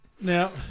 Now